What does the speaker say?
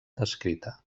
descrita